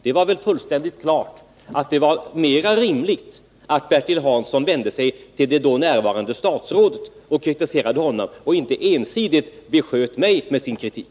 Det var väl fullständigt klart att det var mer rimligt att Bertil Hansson vände sig till det då närvarande statsrådet och kritiserade honom i stället för att ensidigt beskjuta mig med sin kritik.